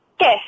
Yes